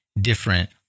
different